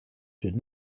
should